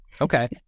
Okay